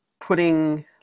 putting